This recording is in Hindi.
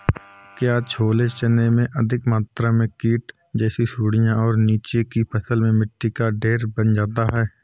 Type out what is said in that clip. क्या छोले चने में अधिक मात्रा में कीट जैसी सुड़ियां और नीचे की फसल में मिट्टी का ढेर बन जाता है?